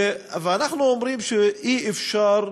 ואנחנו אומרים שאי-אפשר,